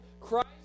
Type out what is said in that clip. Christ